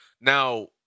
Now